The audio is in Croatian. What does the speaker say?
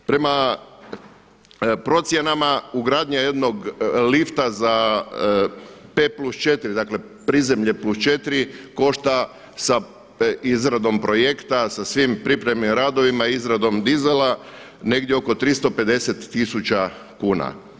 Prema procjenama, ugradnja jednog lifta za P+4, dakle prizemlje +4 košta sa izradom projekta, sa svim pripremnim radovima, izradom dizala negdje oko 350 tisuća kuna.